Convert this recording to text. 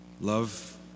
Love